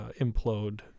implode